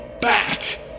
back